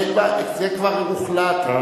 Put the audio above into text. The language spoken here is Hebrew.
זה כבר הוחלט.